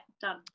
done